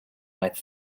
might